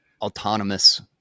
autonomous